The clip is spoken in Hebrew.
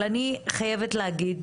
אבל אני חייבת להגיד